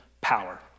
power